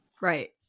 Right